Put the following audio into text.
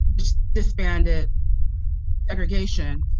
which disbanded segregation,